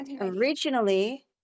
Originally